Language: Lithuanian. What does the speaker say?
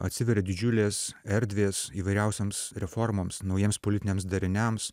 atsiveria didžiulės erdvės įvairiausioms reformoms naujiems politiniams dariniams